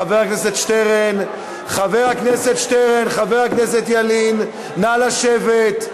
חבר הכנסת שטרן, חבר הכנסת ילין, נא לשבת.